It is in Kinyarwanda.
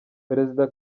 perezida